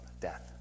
death